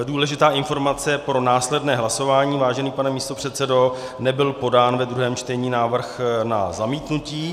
Důležitá informace pro následné hlasování, vážený pane místopředsedo nebylo podán ve druhém čtení návrh na zamítnutí.